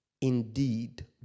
indeed